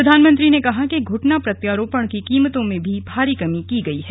प्रधानमंत्री ने कहा कि घ्रटना प्रत्यारोपण की कीमतों में भी भारी कमी की गई है